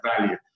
value